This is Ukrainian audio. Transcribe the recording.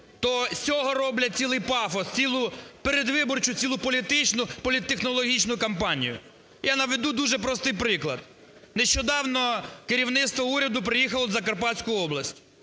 то з цього роблять цілий пафос, цілу передвиборчу, цілу політичну, політтехнологічну кампанію. Я наведу дуже простий приклад, нещодавно керівництво уряду приїхало в Закарпатську область,